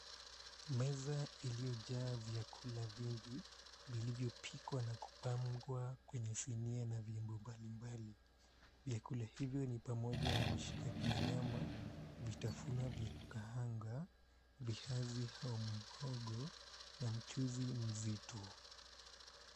Meza iliyojaa vyakula vingi vilivyopikwa na kupangwa kwenye sinia na vyombo mbalimbali. Vyakula hivyo ni pamoja na mishikaki ya nyama, vitafuna vya kukaanga, viazi au mhogo na mchuzi mzito.